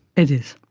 it is.